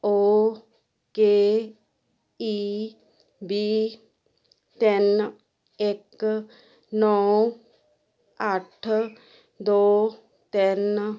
okay E B ਤਿੰਨ ਇੱਕ ਨੌਂ ਅੱਠ ਦੋ ਤਿੰਨ